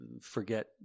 forget